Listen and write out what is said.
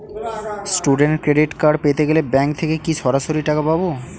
Student credit card পেতে গেলে bank থেকে কি সরাসরি টাকা পাবো?